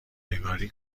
نگاری